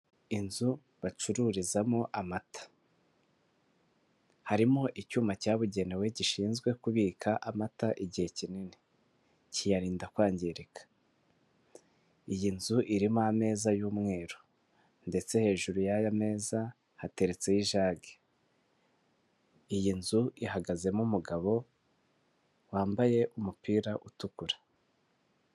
Inzu bacururizamo amata harimo icyuma cyabugenewe gishinzwe kubika amata igihe kinini kiyarinda kwangirika iyi nzu irimo ameza y'umweru ndetse hejuru y'aya meza hateretseho jage iyi nzu ihagazemo umugabo wambaye umupira utukura.